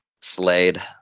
Slade